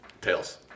Tails